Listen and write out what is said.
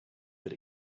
that